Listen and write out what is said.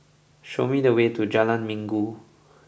show me the way to Jalan Minggu